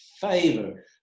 favor